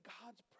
God's